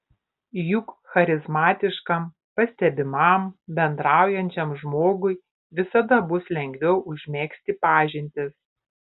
juk charizmatiškam pastebimam bendraujančiam žmogui visada bus lengviau užmegzti pažintis